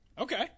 Okay